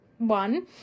One